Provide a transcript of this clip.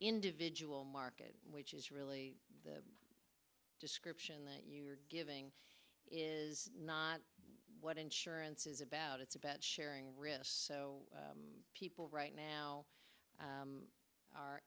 individual market which is really the description that you're giving is not what insurance is about it's about sharing risk so people right now